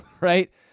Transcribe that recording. right